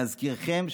להזכירכם,